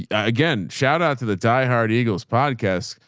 yeah again, shout out to the diehard eagles podcast,